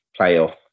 playoff